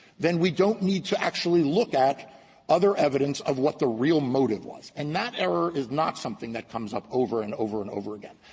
then we don't need to actually look at other evidence of what the real motive was, and that error is not something that comes up over and over and over again.